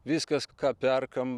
viskas ką perkam